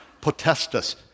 potestas